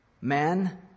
man